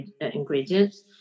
ingredients